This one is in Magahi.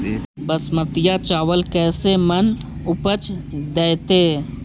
बासमती चावल कैसे मन उपज देतै?